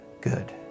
good